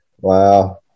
Wow